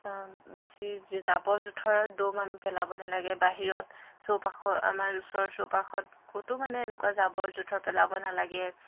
বেছি জাবৰ জোঁথৰ দম আমি পেলাব নালাগে বাহিৰত চৌপাশত আমাৰ ওচৰৰ চৌপাশত ক'তো মানে এনেকুৱা জাবৰ জোঁথৰ পেলাব নালাগে